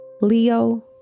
Leo